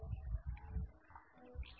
ஆனால் நமக்கு theory Y manager தேவைப்படுகிறார்